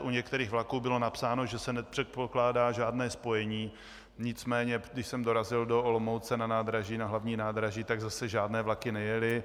U některých vlaků bylo napsáno, že se nepředpokládá žádné spojení, nicméně když jsem dorazil do Olomouce na hlavní nádraží, zase žádné vlaky nejely.